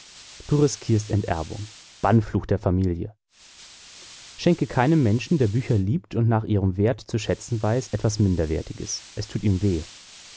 riskierst enterbung bannfluch der familie schenke keinem menschen der bücher liebt und nach ihrem wert zu schätzen weiß etwas minderwertiges es tut ihm weh